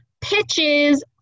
pitches